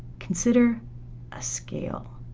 consider a scale.